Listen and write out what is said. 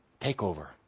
takeover